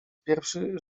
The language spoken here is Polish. pierwszy